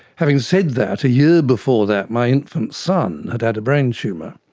having said that, a year before that my infant son had had a brain tumour,